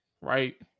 right